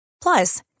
Plus